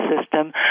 system